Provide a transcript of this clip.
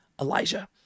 Elijah